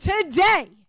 today